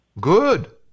Good